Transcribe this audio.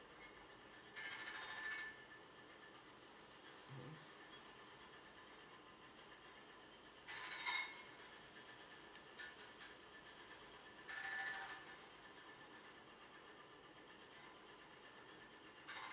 mmhmm